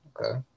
Okay